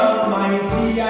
Almighty